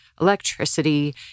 electricity